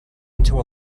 into